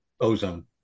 Ozone